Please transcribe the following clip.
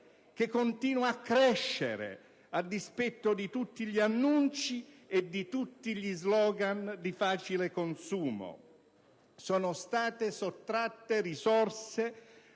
che continua a crescere, a dispetto di tutti gli annunci e di tutti gli *slogan* di facile consumo. Sono state sottratte risorse